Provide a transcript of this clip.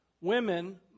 Women